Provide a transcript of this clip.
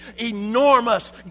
enormous